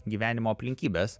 gyvenimo aplinkybės